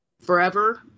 forever